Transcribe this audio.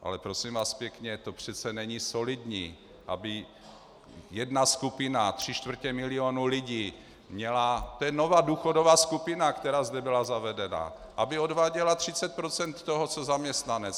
Ale prosím vás pěkně, to přece není solidní, aby jedna skupina, tři čtvrtě milionu lidí, měla to je nová důchodová skupina, která zde byla zavedena aby odváděla 30 % toho co zaměstnanec.